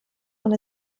und